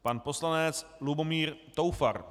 Pan poslanec Lubomír Toufar.